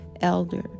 elder